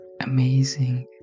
amazing